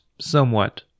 somewhat